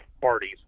parties